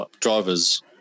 drivers